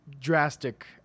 drastic